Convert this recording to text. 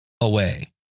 away